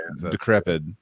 decrepit